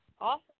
awesome